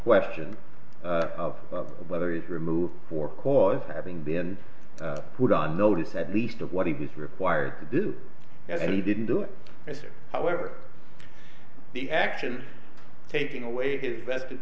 question of whether it is removed for cause having been put on notice at least of what he was required to do and he didn't do it however the actions taking away his vested